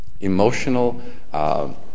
emotional